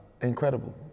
incredible